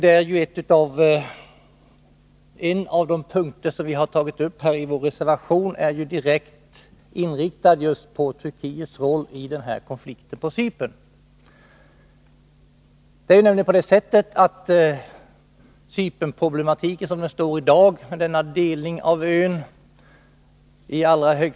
En av de saker som vi har tagit upp i vår reservation gäller just Turkiets roll i konflikten på Cypern. Turkiet är nämligen i högsta grad skuld till dagens Cypernproblematik, dvs. delningen av ön.